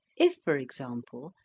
if for example,